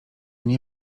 nie